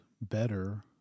better